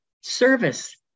service